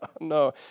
no